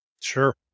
Sure